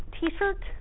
T-shirt